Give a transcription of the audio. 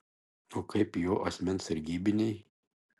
o kaip jo asmens sargybiniai